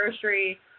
grocery